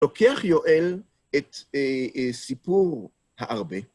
לוקח, יואל, את סיפור הארבה.